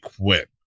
quit